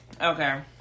okay